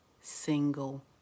single